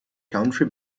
country